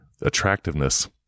attractiveness